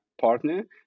partner